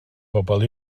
pobl